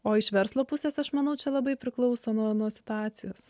o iš verslo pusės aš manau čia labai priklauso nuo nuo situacijos